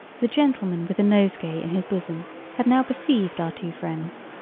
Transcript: the gentleman with the nosegay in his bosom had now perceived our two friends,